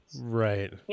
Right